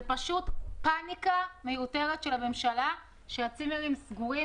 זה פשוט פניקה מיותרת של הממשלה שהצימרים סגורים,